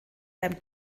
beim